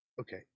Okay